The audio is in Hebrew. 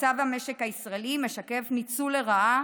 המצב במשק הישראלי משקף ניצול לרעה